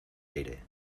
aire